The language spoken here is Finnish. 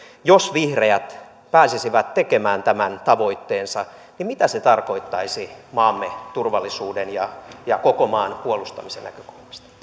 jos vihreät pääsisivät tekemään tämän tavoitteensa niin mitä se tarkoittaisi maamme turvallisuuden ja ja koko maan puolustamisen näkökulmasta